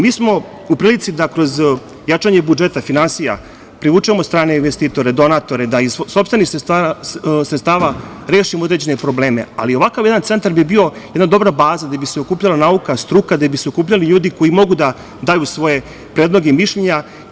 Mi smo u prilici da kroz jačanje budžeta finansija privučemo strane investitore, donatore, da iz sopstvenih sredstava rešimo određene probleme, ali ovakav jedan centar bi bio jedna dobra baza gde bi se okupljala nauka, struka, gde bi se okupljali ljudi koji mogu da daju svoje predloge i mišljenja.